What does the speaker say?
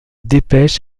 dépêche